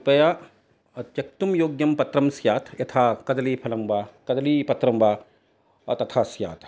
कृपया त्यक्तुं योग्यं पत्रं स्यात् यथा कदलीफलं वा कदलीपत्रं वा तथा स्यात्